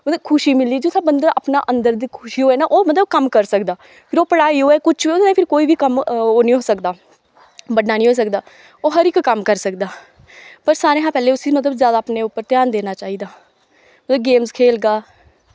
मतलव खुशी मिलनी जिस बंदै अपनै अन्दर दी खुशी होऐ ना ओह् कम्म करी सकदा फिर ओह् पढ़ाई होऐ कुछ होऐ जां फ्ही कोई बी कम्म नी होई सकदा बड्डा नी होई सकदा ओह् हर इक कम्म करी सकदा पर सारे शा पैह्ले मतलव उसी अपना उप्पर ध्यान देना चाही दा कोई गेमस खेलगा